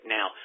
Now